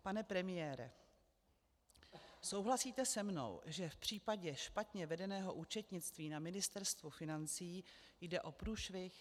Pane premiére, souhlasíte se mnou, že v případě špatně vedeného účetnictví na Ministerstvu financí jde o průšvih?